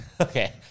Okay